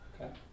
Okay